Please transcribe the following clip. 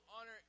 honor